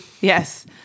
yes